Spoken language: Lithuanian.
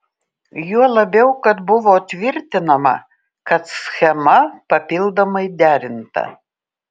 juo labiau kad buvo tvirtinama kad schema papildomai derinta